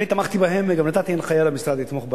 אני תמכתי בהם וגם נתתי הנחיה למשרד לתמוך בהם.